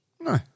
No